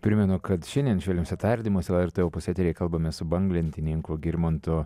primenu kad šiandien švelniuose tardymuose lrt opus eteryje kalbamės su banglentininku girmantu